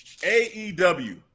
AEW